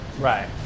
Right